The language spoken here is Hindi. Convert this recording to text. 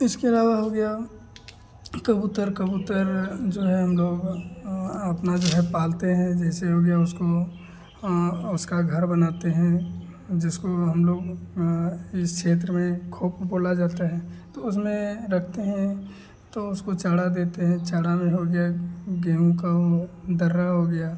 इसके अलावा हो गया कबूतर कबूतर जो है हमलोग अपना जो है पालते हैं जैसे हो गया उसको उसका घर बनाते हैं जिसको हमलोग इस क्षेत्र में खोप बोला जाता है तो उसमें रखते हैं तो उसको चारा देते हैं चारा में हो गया गेहूँ का वह दर्रा हो गया